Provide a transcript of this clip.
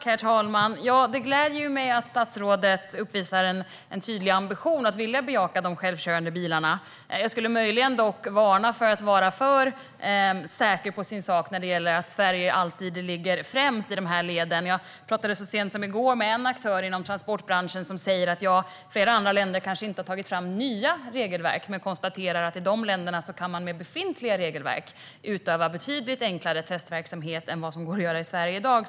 Herr talman! Det gläder mig att statsrådet uppvisar en tydlig ambition att vilja bejaka de självkörande bilarna. Jag skulle dock möjligen vilja varna henne för att vara alltför säker på sin sak om att Sverige alltid ligger främst i ledet. Så sent som i går talade jag med en aktör inom transportbranschen som sa att flera andra länder kanske inte har tagit fram nya regelverk men att man i de länderna med befintliga regelverk kan utöva betydligt enklare testverksamhet än vad som går att göra i Sverige i dag.